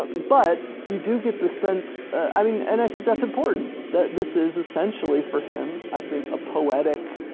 but you do get the sense, i mean, and i think that's important, that this is essentially for him, i think, a poetic